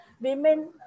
women